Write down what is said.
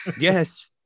Yes